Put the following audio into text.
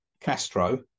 Castro